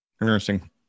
Interesting